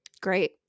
Great